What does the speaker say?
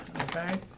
okay